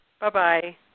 Bye-bye